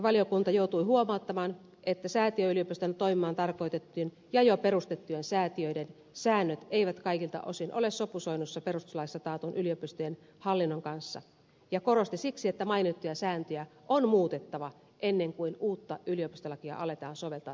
perustuslakivaliokunta joutui huomauttamaan että säätiö yliopistoina toimimaan tarkoitettujen ja jo perustettujen säätiöiden säännöt eivät kaikilta osin ole sopusoinnussa perustuslaissa taatun yliopiston hallinnon kanssa ja korosti siksi että mainittuja sääntöjä on muutettava ennen kuin uutta yliopistolakia aletaan soveltaa tällaisiin yliopistoihin